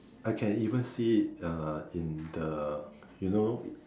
I can even see it uh in the you know